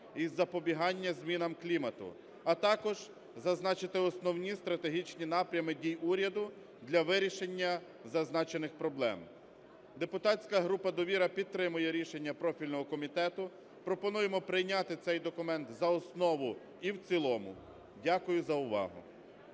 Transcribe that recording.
із запобігання змінам клімату, а також зазначити основні стратегічні напрями дій уряду для вирішення зазначених проблем. Депутатська група "Довіра" підтримує рішення профільного комітету. Пропонуємо прийняти цей документ за основу і в цілому. Дякую за увагу.